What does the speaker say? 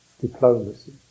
Diplomacy